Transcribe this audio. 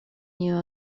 new